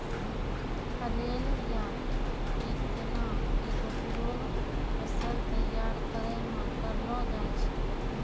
flail या पिटना के उपयोग फसल तैयार करै मॅ करलो जाय छै